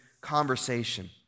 conversation